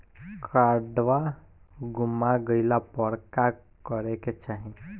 काडवा गुमा गइला पर का करेके चाहीं?